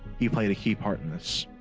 he played a key part in this.